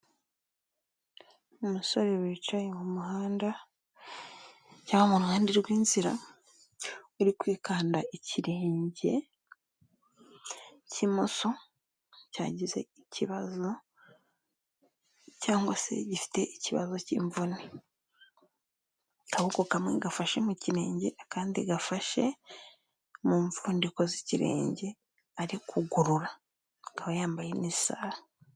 Umusore wicaye mu muhanda cyangwa muruhande rw'inzira, uri kwikanda ikirenge cy'imoso cyagize ikibazo cyangwa se gifite ikibazo cy'imvune, akaboko kamwe gafashe mu kirenge akandi gafashe mu mfundiko z'ikirenge arikugorora akaba yambaye n'isaha.